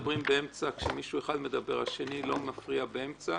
כשמישהו אחד מדבר, השני לא מפריע באמצע.